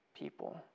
people